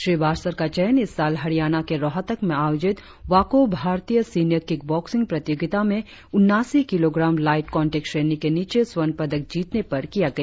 श्री बासर का चयन इस साल हरियाणा के रोहतक में आयोजित वाकों भारतीय सीनियर किकबॉक्सिंग प्रतियोगिता में उनासी किलोग्राम लाईट कॉन्टेक श्रेणी के नीचे स्वर्ण पदक जीतने पर किया गया